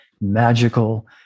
magical